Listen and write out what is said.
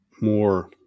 more